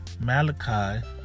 Malachi